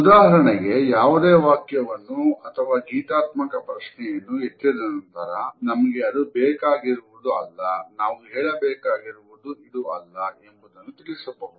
ಉದಾಹರಣೆಗೆ ಯಾವುದೇ ವಾಕ್ಯವನ್ನು ಅಥವಾ ಗೀತಾತ್ಮಕ ಪ್ರಶ್ನೆಯನ್ನು ಎತ್ತಿದ ನಂತರ ನಮಗೆ ಇದು ಬೇಕಾಗಿರುವುದು ಅಲ್ಲ ನಾವು ಹೇಳಬೇಕಾಗಿರುವುದು ಇದು ಅಲ್ಲ ಎಂಬುದನ್ನು ತಿಳಿಸಬಹುದು